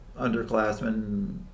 underclassmen